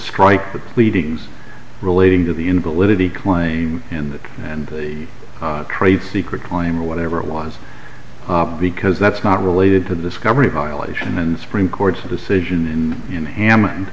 the pleadings relating to the inability claim and and the trade secret claim or whatever it was because that's not related to the discovery violation and the supreme court's decision in in